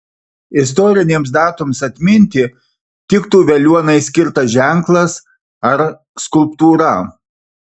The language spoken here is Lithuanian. istorinėms datoms atminti tiktų veliuonai skirtas ženklas ar skulptūra